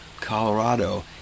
Colorado